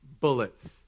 bullets